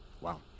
Wow